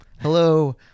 hello